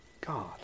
God